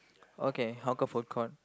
okay hawker food court